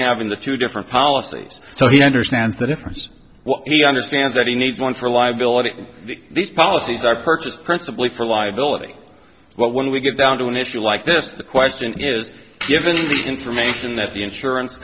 having the two different policies so he understands the difference well he understands that he needs one for liability these policies are purchased principally for liability but when we get down to an issue like this the question is given the information that the insurance